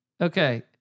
Okay